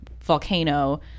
volcano